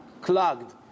clogged